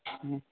ହୁଁ